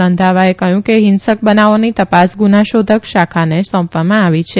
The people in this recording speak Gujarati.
રંધાવાઓ કહ્યુંકે ફિંસક બનાવોની તપાસ ગુનાશોધક શાખાને સોંપવામાં આવી છે